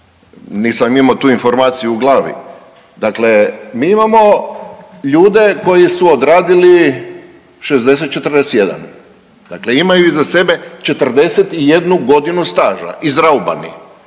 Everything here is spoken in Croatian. nisam imao tu informaciju u glavi, dakle mi imamo ljude koji su odradili 60-41 dakle imaju iza sebe 41 godinu staža, izraubani,